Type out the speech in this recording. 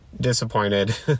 disappointed